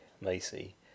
Macy